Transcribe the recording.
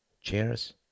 Chairs